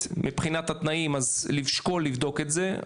מבחינת התנאים אז לשקול לבדוק את זה,